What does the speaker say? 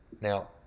Now